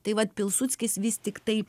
tai vat pilsudskis vis tiktai